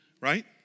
Right